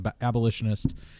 abolitionist